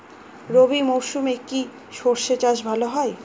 রবি মরশুমে কি সর্ষে চাষ ভালো হয়?